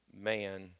man